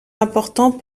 important